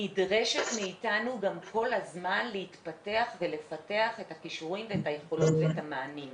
נדרש מאתנו גם כל הזמן להתפתח ולפתח את הכישורים את היכולות ואת המענים.